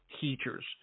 teachers